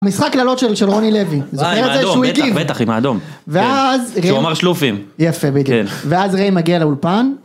המשחק קללות של רוני לוי, זוכר את זה שהוא הגיב, בטח, בטח עם האדום ואז, כשהוא אמר שלופים, יפה בדיוק, ואז ריי מגיע לאולפן